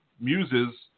Muses